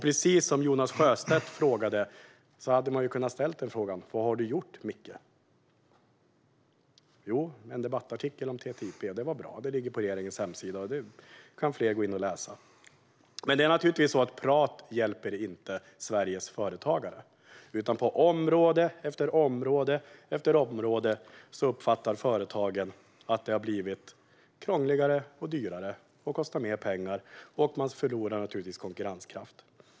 Precis som Jonas Sjöstedt gjorde hade man kunnat ställa frågan: Vad har du gjort, Micke? Det man har gjort är att man har skrivit en debattartikel om TTIP som ligger på regeringens hemsida. Den var bra, och den kan fler gå in och läsa. Men prat hjälper naturligtvis inte Sveriges företagare. På område efter område uppfattar företagen att det har blivit krångligare och dyrare. Och de förlorar naturligtvis konkurrenskraft.